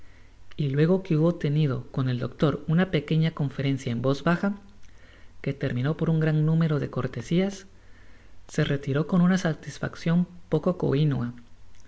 y luego que hubo tenido con el doctor una pequeña conferencia en voz baja que terminó por un gran número de cortesias se retiró con una satisfaccion poco coinua